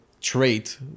trait